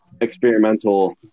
experimental